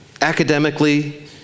academically